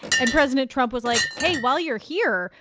and president trump was like, hey, while you're here,